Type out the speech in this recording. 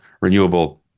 renewable